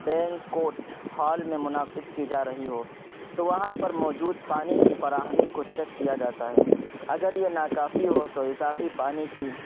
banquet hall میں منعقد کی جا رہی ہو تو وہاں پر موجود پانی کی فراہمی کو چیک کیا جاتا ہے اگر یہ ناکافی ہو تو اضافی پانی کی